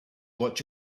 what